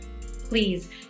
please